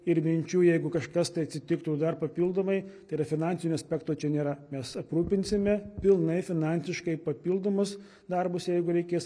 ir minčių jeigu kažkas tai atsitiktų dar papildomai tai yra finansinio aspekto čia nėra mes aprūpinsime pilnai finansiškai papildomus darbus jeigu reikės